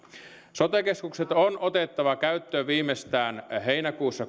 sote keskukset on otettava käyttöön viimeistään heinäkuussa